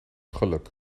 geluk